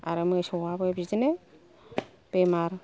आरो मोसौआबो बिदिनो बेमार